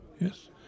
yes